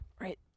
Right